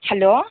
hello